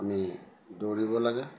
আমি দৌৰিব লাগে